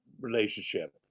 relationship